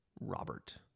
Robert